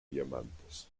diamantes